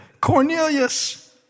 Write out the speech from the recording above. Cornelius